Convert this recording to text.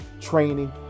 training